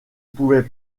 pouvait